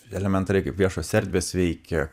elementariai kaip viešos erdvės veikia